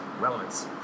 Relevance